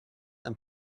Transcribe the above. and